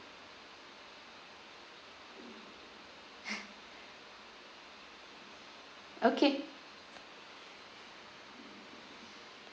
okay